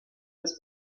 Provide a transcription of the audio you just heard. was